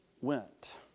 went